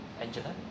Angela